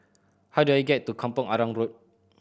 how do I get to Kampong Arang Road